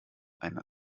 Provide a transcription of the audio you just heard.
eine